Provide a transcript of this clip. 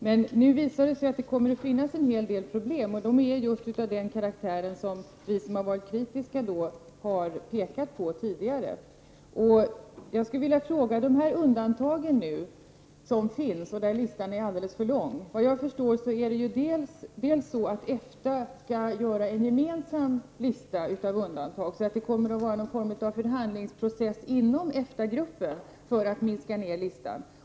Men nu visar det sig att det kommer att finnas en hel del problem, och de är just av den karaktär som vi som varit kritiska tidigare har pekat på. Listan över de undantag som finns är alldeles för lång. Enligt vad jag förstår skall EFTA-länderna göra en gemensam lista över undantag, och det kommer att genomföras någon form av förhandlingsprocess inom EFTA gruppen för att korta ner listan.